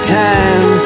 time